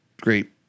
great